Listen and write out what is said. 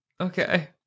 Okay